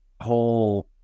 whole